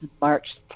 March